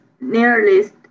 nearest